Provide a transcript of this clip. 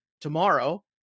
tomorrow